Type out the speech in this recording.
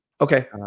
Okay